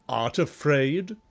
art afraid?